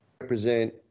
represent